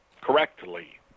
correctly